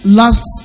last